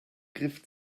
griff